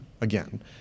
again